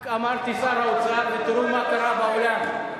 רק אמרתי "שר האוצר" ותראו מה קרה באולם.